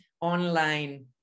online